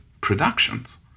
productions